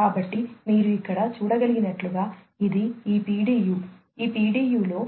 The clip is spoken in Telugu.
కాబట్టి మీరు ఇక్కడ చూడగలిగినట్లుగా ఇది ఈ పిడియు ఈ పిడియులో